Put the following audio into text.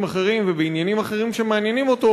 אחרים ובעניינים אחרים שמעניינים אותו,